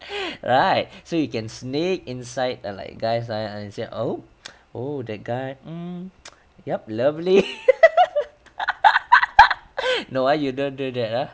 right so you can sneak inside ah like guys and and said oh oh the guy mm yup lovely no ah you don't do that ah